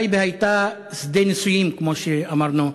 טייבה הייתה שדה ניסויים, כמו שאמרנו,